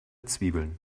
zwiebeln